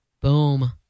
Boom